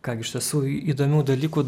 ką gi iš tiesų įdomių dalykų